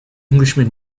englishman